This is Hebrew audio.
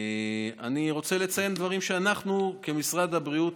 אני רוצה לציין דברים שאנחנו, משרד הבריאות,